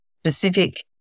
specific